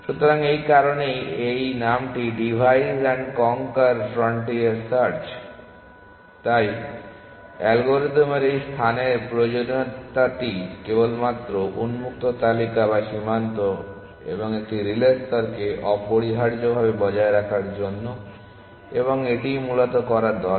সুতরাং এই কারণেই এই নামটি divides and conquer frontier search তাই অ্যালগরিদমের এই স্থানের প্রয়োজনীয়তাটি কেবলমাত্র উন্মুক্ত তালিকা বা সীমান্ত এবং একটি রিলে স্তরকে অপরিহার্যভাবে বজায় রাখার জন্য এবং এটিই মূলত করা দরকার